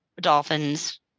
dolphins